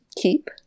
keep